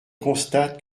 constate